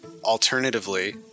Alternatively